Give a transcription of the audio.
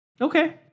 Okay